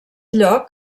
lloc